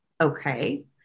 okay